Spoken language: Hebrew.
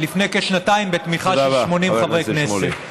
לפני כשנתיים בתמיכה של 80 חברי כנסת.